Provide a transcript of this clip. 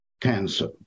cancer